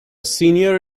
senior